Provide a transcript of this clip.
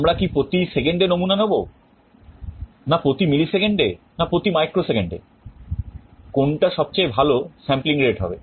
আমরা কি প্রতি সেকেন্ডে নমুনা নেব না প্রতি মিলি সেকেন্ড এ না প্রতি মাইক্রো সেকেন্ড এ কোনটা সবচেয়ে ভালো sampling rate হবে